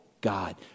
God